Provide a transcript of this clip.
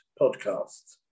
podcasts